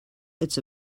its